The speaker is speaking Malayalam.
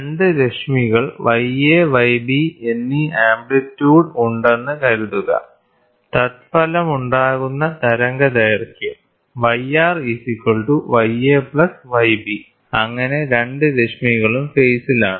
രണ്ട് രശ്മികൾക്കും y a y b എന്നീ ആംപ്ലിറ്റ്യൂഡ് ഉണ്ടെന്ന് കരുതുകതത്ഫലമായുണ്ടാകുന്ന തരംഗദൈർഘ്യം അങ്ങനെ രണ്ട് രശ്മികളും ഫേസിലാണ്